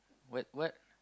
what what